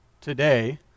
today